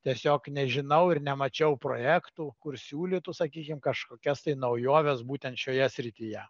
tiesiog nežinau ir nemačiau projektų kur siūlytų sakykim kažkokias tai naujoves būtent šioje srityje